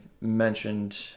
mentioned